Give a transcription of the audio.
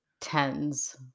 tens